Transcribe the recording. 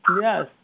Yes